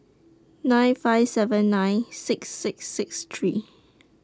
nine five seven nine six six six three